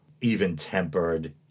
even-tempered